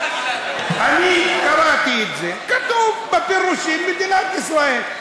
אני קראתי את זה, כתוב בפירושים מדינת ישראל.